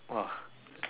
!wah!